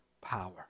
power